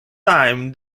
time